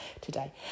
today